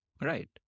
Right